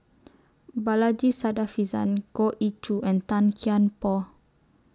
Balaji Sadasivan Goh Ee Choo and Tan Kian Por